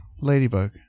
ladybug